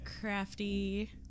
crafty